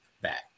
back